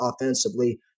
offensively